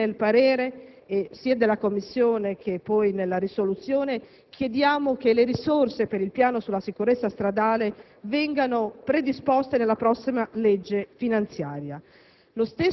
sia nel parere della Commissione, sia poi nella risoluzione, chiediamo che le risorse per il piano sulla sicurezza stradale vengano predisposte nella prossima legge finanziaria.